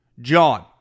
john